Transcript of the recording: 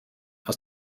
aus